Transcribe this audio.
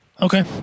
Okay